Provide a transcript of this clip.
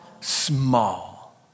Small